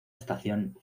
estación